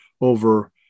over